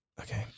Okay